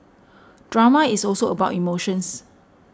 drama is also about emotions